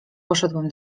poszedłem